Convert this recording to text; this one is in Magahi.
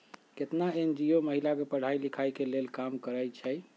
केतना एन.जी.ओ महिला के पढ़ाई लिखाई के लेल काम करअई छई